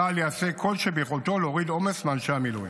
צה"ל יעשה כל שביכולתו להוריד עומס מאנשי המילואים.